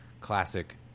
classic